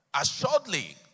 Assuredly